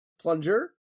Plunger